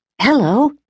Hello